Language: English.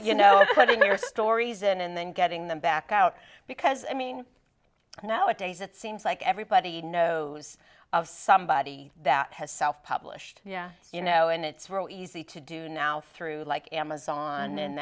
in and then getting them back out because i mean nowadays it seems like everybody knows of somebody that has self published yeah you know and it's really easy to do now through like amazon